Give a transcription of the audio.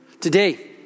Today